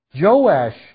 Joash